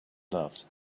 loved